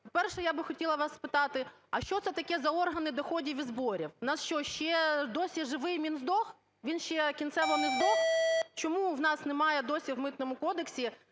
По-перше, я би хотіла вас спитати, а що це таке за органи доходів і зборів? У нас що, ще й досі живий "Мінздох"? Він ще кінцево не "здох"? Чому в нас немає й досі в Митному кодексі